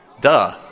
Duh